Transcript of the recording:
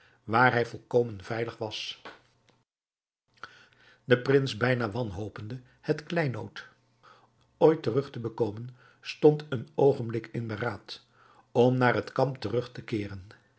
waar hij volkomen veilig was de prins bijna wanhopende het kleinood ooit terug te bekomen stond een oogenblik in beraad om naar het kamp terug te keeren